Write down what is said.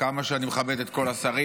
עם כמה שאני מכבד את כל השרים.